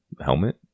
helmet